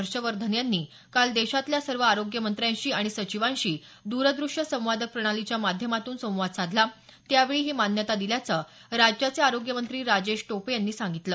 हर्षवर्धन यांनी काल देशातल्या सर्व आरोग्यमंत्र्यांशी आणि सचिवांशी द्रदृश्य संवाद प्रणालीच्या माध्यमातून संवाद साधला त्यांवेळी ही मान्यता दिल्याचं राज्याचे आरोग्यमंत्री राजेश टोपे यांनी सांगितलं